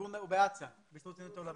הוא בהסתדרות הציונית העולמית.